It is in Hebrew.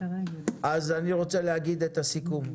אני רוצה לומר את הסיכום.